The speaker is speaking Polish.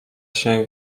się